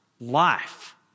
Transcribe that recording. life